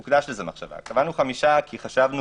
קבענו חמישה כי חשבנו